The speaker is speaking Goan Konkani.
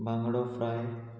बांगडो फ्राय